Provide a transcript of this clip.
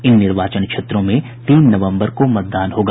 इन निर्वाचन क्षेत्रों में तीन नवंबर को मतदान होगा